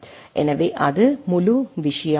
எனவே அது முழு விஷயம் ஆகும்